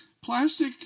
plastic